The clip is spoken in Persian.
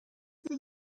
چیزی